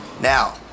Now